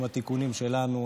עם התיקונים שלנו,